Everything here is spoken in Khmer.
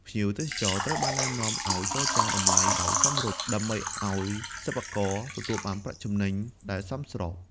ភ្ញៀវទេសចរត្រូវបានណែនាំឱ្យចរចារ តម្លៃដោយសមរម្យ ដើម្បីឱ្យសិប្បករទទួលបានប្រាក់ចំណេញដែលសមស្រប។